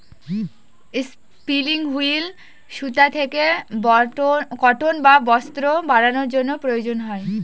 spinning wheel সুতা থেকে cotton বা বস্ত্র বানানোর জন্য প্রয়োজন হয়